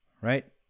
right